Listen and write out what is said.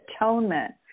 atonement